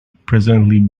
presently